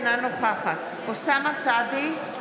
אינה נוכחת אוסאמה סעדי,